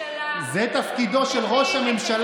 העבודה בגלל הקורונה וזו שתחזור אחרונה.